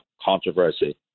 controversy